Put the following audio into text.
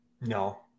No